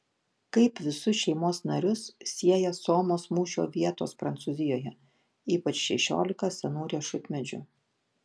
kaip visus šeimos narius sieja somos mūšio vietos prancūzijoje ypač šešiolika senų riešutmedžių